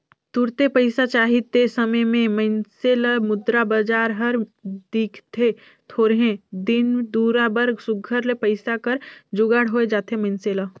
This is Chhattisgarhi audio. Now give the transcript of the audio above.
तुरते पइसा चाही ते समे में मइनसे ल मुद्रा बजार हर दिखथे थोरहें दिन दुरा बर सुग्घर ले पइसा कर जुगाड़ होए जाथे मइनसे ल